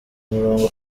murongo